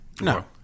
No